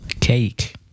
cake